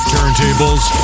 Turntables